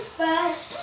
first